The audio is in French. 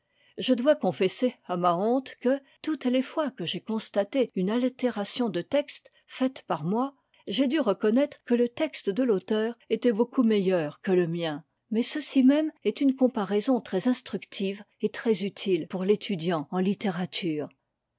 je dois confesser à ma honte que toutes les fois que j'ai constaté une altération de texte faite par moi j'ai dû reconnaître que le texte de l'auteur était beaucoup meilleur que le mien mais ceci même est une comparaison très instructive et très utile pour l'étudiant en